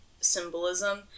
symbolism